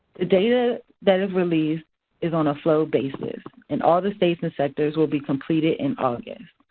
data that is released is on a flow basis, and all the states and sectors will be completed in august.